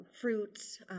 fruits